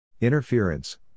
Interference